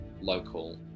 local